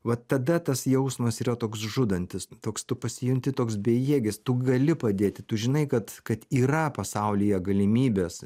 va tada tas jausmas yra toks žudantis toks tu pasijunti toks bejėgis tu gali padėti tu žinai kad kad yra pasaulyje galimybės